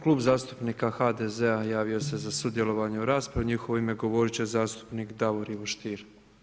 Klub zastupnika HDZ-a javio se za sudjelovanje u raspravi, u njihovo ime govoriti će zastupnik Davor Ivo Stier.